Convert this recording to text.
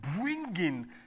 bringing